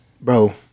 Bro